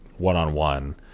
one-on-one